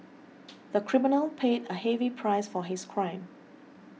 the criminal paid a heavy price for his crime